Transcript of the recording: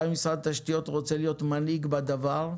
גם אם משרד התשתיות רוצה להיות מנהיג בדבר,